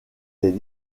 des